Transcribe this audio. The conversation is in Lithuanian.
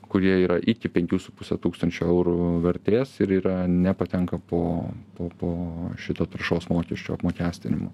kurie yra iki penkių su puse tūkstančio eurų vertės ir yra nepatenka po po po šituo taršos mokesčio apmokestinimu